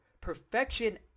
Perfection